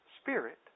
Spirit